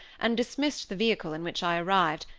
and dismissed the vehicle in which i arrived,